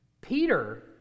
Peter